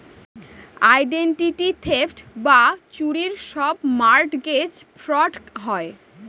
identity theft বা চুরির সব মর্টগেজ ফ্রড হয়